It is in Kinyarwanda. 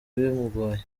bimugoye